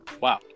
Wow